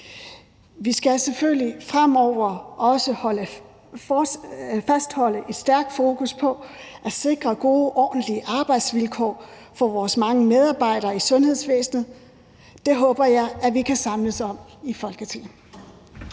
fremover også fastholde et stærkt fokus på at sikre gode, ordentlige arbejdsvilkår for vores mange medarbejdere i sundhedsvæsenet. Det håber jeg vi kan samles om i Folketinget.